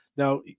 Now